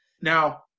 Now